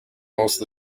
most